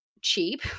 cheap